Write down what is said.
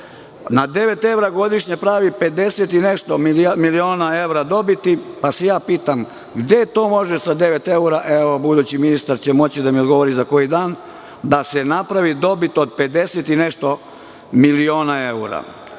Na devet evra godišnje pravi pedeset i nešto miliona evra dobiti, pa se ja pitam, gde to može sa devet eura, budući ministar će moći da mi odgovori za koji dan, da se napravi dobit od pedeset i nešto miliona evra.